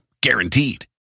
guaranteed